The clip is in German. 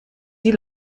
sie